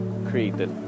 created